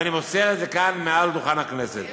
ואני מוסר את זה כאן מעל דוכן הכנסת.